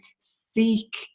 seek